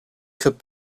could